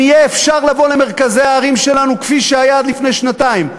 אם יהיה אפשר לבוא למרכזי הערים שלנו כפי שהיה עד לפני שנתיים,